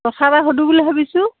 কথা এটা সোধো বুলি ভাবিছোঁ